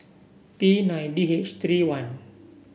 P nine D H three one